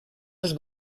els